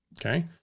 Okay